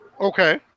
Okay